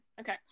Okay